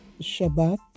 Shabbat